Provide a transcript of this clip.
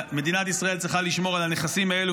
מדינת ישראל צריכה לשמור על הנכסים האלה,